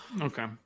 Okay